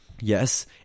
Yes